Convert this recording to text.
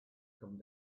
come